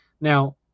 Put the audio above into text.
Now